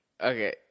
Okay